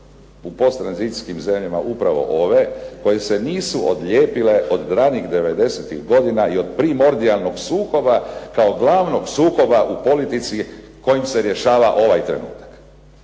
u posttranzicijskim zemljama upravo ove koje se nisu odlijepile od ranih devedesetih godina i od primordijalnog sukoba kao glavnog sukoba u politici kojim se rješava ovaj trenutak.